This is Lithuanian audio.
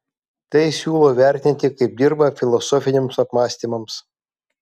tai siūlau vertinti kaip dirvą filosofiniams apmąstymams